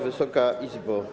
Wysoka Izbo!